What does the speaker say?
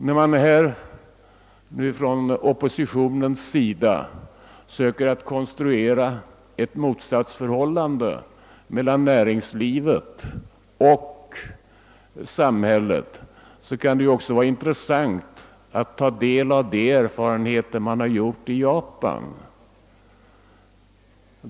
När oppositionen här söker konstruera ett motsatsförhållande mellan näringslivet och samhället, kan det vara intressant att ta del av de erfarenheter som har gjorts i Japan.